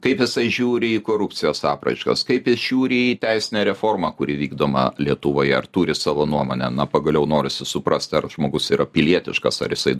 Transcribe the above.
kaip jisai žiūri į korupcijos apraiškas kaip jis žiūri į teisinę reformą kuri vykdoma lietuvoje ar turi savo nuomonę na pagaliau norisi suprasti ar žmogus yra pilietiškas ar jisai